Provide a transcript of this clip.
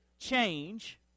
change